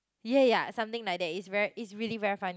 ya ya ya something like that it's very it's really very funny